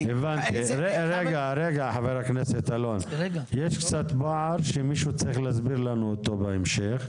יש קצת פער שמישהו שצריך להסביר לנו אותו בהמשך.